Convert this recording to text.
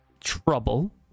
trouble